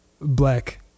black